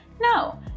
no